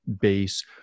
base